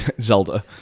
Zelda